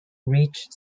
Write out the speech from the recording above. reached